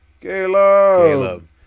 Caleb